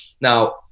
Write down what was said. now